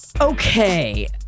okay